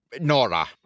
Nora